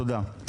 תודה.